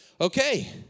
okay